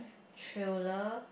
thriller